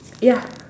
ya